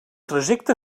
trajecte